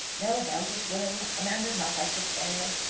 no doubt it will. a man does not like to fail.